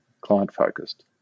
client-focused